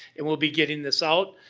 and we'll be getting this out.